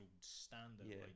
standard